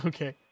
Okay